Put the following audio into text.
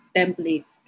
template